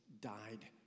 died